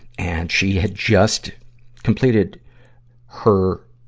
and, she had just completed her,